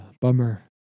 Bummer